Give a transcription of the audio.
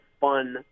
fun